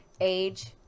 age